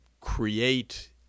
create